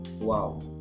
wow